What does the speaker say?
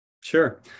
Sure